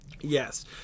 Yes